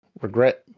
regret